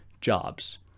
jobs